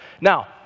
Now